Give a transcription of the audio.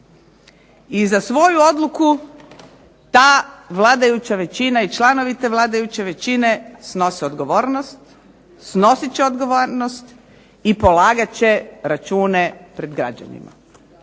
I za svoju odluku ta vladajuća većina i članovi te vladajuće većine snose odgovornost, snosit će odgovornost i polagat će račune pred građanima.